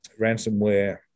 ransomware